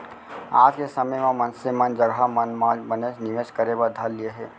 आज के समे म मनसे मन जघा मन म बनेच निवेस करे बर धर लिये हें